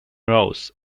rose